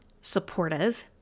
supportive